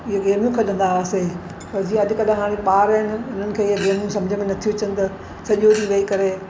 ये गेमियूं खेॾंदा हुआसीं पोइ जीअं अॼुकल्ह हाणे ॿार आहिनि उन्हनि खे हीअ गेमियूं सम्झि में नथियूं अचनि त सॼो ॾींहुं वेही करे